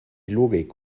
logik